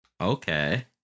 Okay